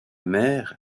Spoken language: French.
mère